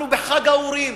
אנחנו בחג האורים,